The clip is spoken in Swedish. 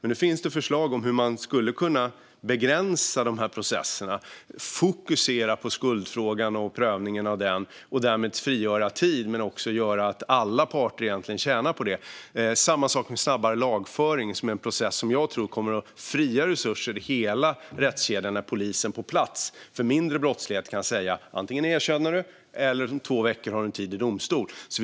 Nu finns det förslag om hur man skulle kunna begränsa processerna, fokusera på prövningen av skuldfrågan och därmed frigöra tid. Alla parter skulle tjäna på det. Det är samma sak med snabbare lagföring, en process som jag tror kommer att frigöra resurser i hela rättskedjan. Det handlar om att polisen vid mindre brottslighet på plats kan säga: Antingen erkänner du eller så har du en tid i domstol om två veckor.